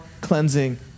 cleansing